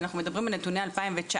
אנחנו מדברים על נתוני 2019,